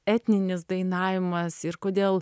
etninis dainavimas ir kodėl